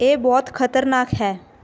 ਇਹ ਬਹੁਤ ਖਤਰਨਾਕ ਹੈ